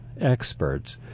experts